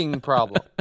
problem